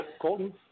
Colton